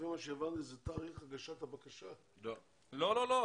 לפי מה שהבנתי זה תאריך הגשת הבקשה לא, לא, לא.